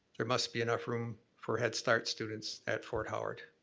there must be enough room for headstart students at fort howard.